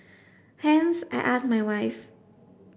hence I asked my wife